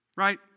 right